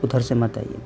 ادھر سے مت آئیے